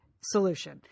solution